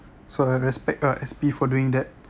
so I respect ah S_P for doing that